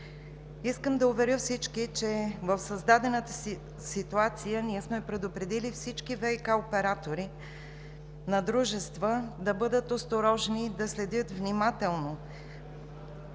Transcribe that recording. Искам да уверя всички, че в създадената ситуация ние сме предупредили ВиК операторите на дружества да бъдат осторожни, да следят внимателно